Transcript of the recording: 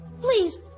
Please